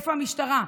איפה המשטרה?